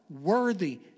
worthy